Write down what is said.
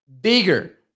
bigger